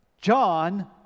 John